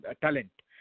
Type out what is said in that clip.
talent